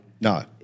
No